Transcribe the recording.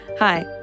Hi